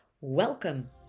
Welcome